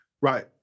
Right